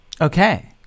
Okay